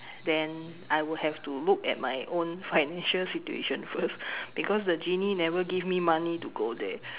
then I would have to look at my own financial situation first because the genie never gave me money to go there